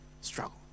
struggle